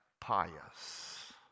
pious